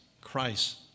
Christ